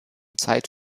zeit